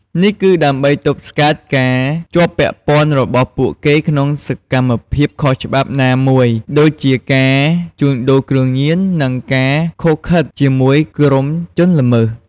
នេះគឺដើម្បីទប់ស្កាត់ការជាប់ពាក់ព័ន្ធរបស់ពួកគេក្នុងសកម្មភាពខុសច្បាប់ណាមួយ ដូចជាការជួញដូរគ្រឿងញៀន ឬការឃុបឃិតជាមួយក្រុមជនល្មើស។